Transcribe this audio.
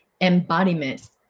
embodiment